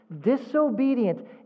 disobedient